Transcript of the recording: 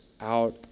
out